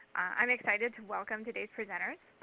i'm excited to welcome today's presenters.